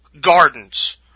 gardens